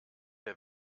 der